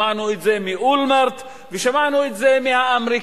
שמענו את זה מאולמרט ושמענו את זה מהאמריקנים.